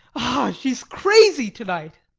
ah she is crazy tonight.